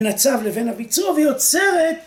בין הצו לבין הביצוע ויוצרת